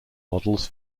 models